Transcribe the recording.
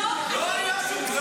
לא היה שום שינוי.